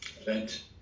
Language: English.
event